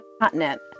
continent